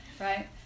right